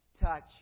touch